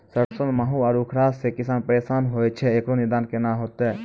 सरसों मे माहू आरु उखरा से किसान परेशान रहैय छैय, इकरो निदान केना होते?